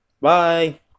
Bye